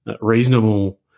reasonable